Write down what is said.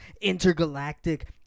intergalactic